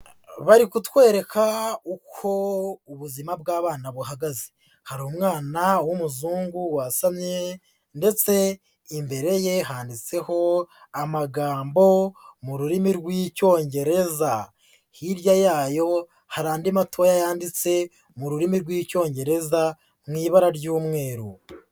Bari kutwereka uko ubuzima bw'abana buhagaze. Hari umwana w'umuzungu wasamye, ndetse imbere ye handitseho amagambo mu rurimi rw'Icyongereza. Hirya yayo hari andi matoya yanditse mu rurimi rw'Icyongereza, mu ibara ry'umweru.